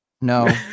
no